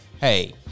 Hey